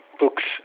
books